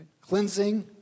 Cleansing